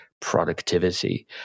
productivity